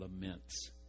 laments